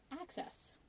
access